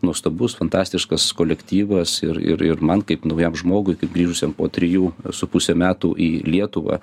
nuostabus fantastiškas kolektyvas ir ir ir man kaip naujam žmogui kaip grįžusiam po trijų su puse metų į lietuvą